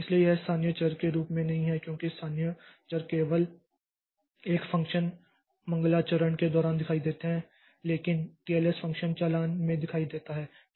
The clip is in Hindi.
इसलिए यह स्थानीय चर के रूप में नहीं है क्योंकि स्थानीय चर केवल एक फ़ंक्शन मंगलाचरण के दौरान दिखाई देते हैं लेकिन TLS फ़ंक्शन चालान में दिखाई देता है